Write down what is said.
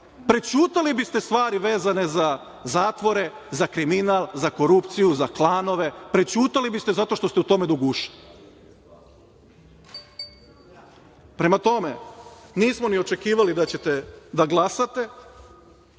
Prećutali biste stvari vezane za zatvore, za kriminal, za korupciju, za klanove, prećutali biste zato što ste u tome do guše. Prema tome, nismo ni očekivali da ćete da glasate,